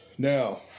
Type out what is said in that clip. Now